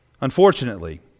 Unfortunately